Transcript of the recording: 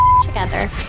together